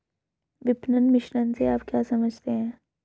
विपणन मिश्रण से आप क्या समझते हैं?